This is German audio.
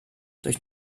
durch